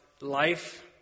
life